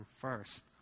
first